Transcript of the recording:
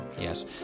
yes